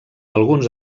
alguns